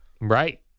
right